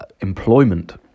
employment